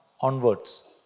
onwards